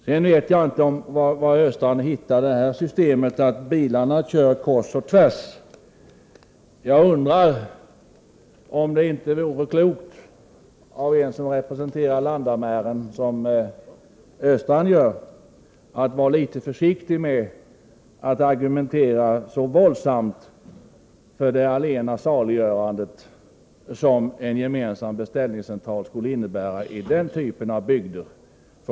Sedan vet jag inte var Östrand funnit att bilarna kör kors och tvärs. Jag undrar om det inte vore klokt av en som representerar den landamären som Östrand kommer ifrån att vara litet försiktig med att argumentera så våldsamt för en gemensam beställningscentral och att tro att en sådan skulle vara det allena saliggörande i den typen av bygder.